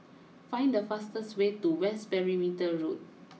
find the fastest way to West Perimeter Road